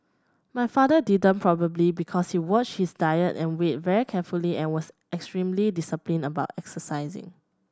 my father didn't probably because he watched his diet and weight very carefully and was extremely disciplined about exercising